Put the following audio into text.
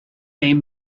became